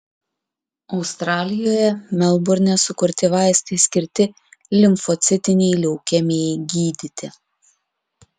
australijoje melburne sukurti vaistai skirti limfocitinei leukemijai gydyti